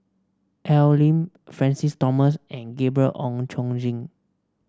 Al Lim Francis Thomas and Gabriel Oon Chong Jin